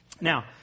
Now